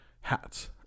hats